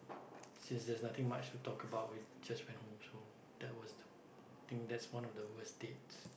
since there's nothing much to talk about we just went home so that was think that's one of the worst dates